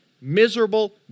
miserable